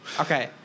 Okay